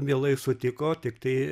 mielai sutiko tiktai